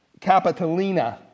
Capitolina